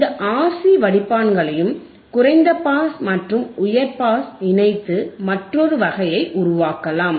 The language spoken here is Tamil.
இந்த RC வடிப்பான்களையும் குறைந்த பாஸ் மற்றும் உயர் பாஸ் இணைத்து மற்றொரு வகையை உருவாக்கலாம்